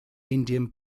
indian